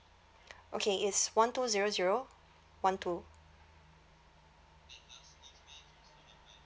okay is one two zero zero one two